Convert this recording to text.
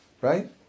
right